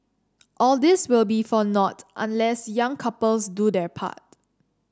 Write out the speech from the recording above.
all this will be for naught unless young couples do their part